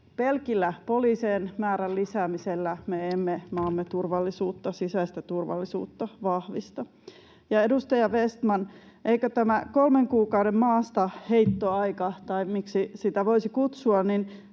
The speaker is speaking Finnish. Pelkällä poliisien määrän lisäämisellä me emme maamme sisäistä turvallisuutta vahvista. Ja edustaja Vestman, eikö tämä kolmen kuukauden maastaheittoaika — tai miksi sitä voisi kutsua